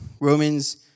Romans